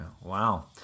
Wow